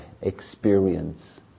experience